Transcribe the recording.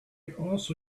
also